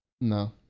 no